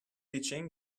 için